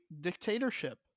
dictatorship